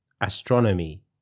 Astronomy